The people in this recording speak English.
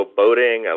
boating